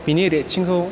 बेनि रेटिं खौ